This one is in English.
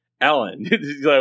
Ellen